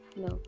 no